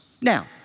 Now